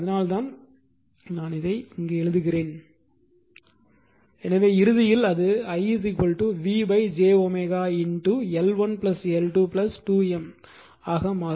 எனவே அதனால்தான் நான் இங்கே எழுதியது எனவே இறுதியில் அது i V j L1 L2 2M ஆக மாறும்